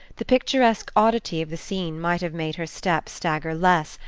the picturesque oddity of the scene might have made her step stagger less,